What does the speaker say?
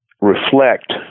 reflect